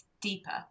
deeper